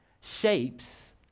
shapes